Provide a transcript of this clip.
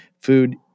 Food